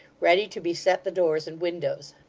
ready to beset the doors and windows.